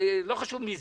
לא חשוב מי